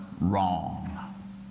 wrong